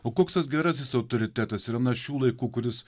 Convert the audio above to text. o koks tas gerasis autoritetas yra na šių laikų kuris